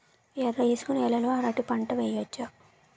ఎర్ర ఇసుక నేల లో అరటి పంట వెయ్యచ్చా?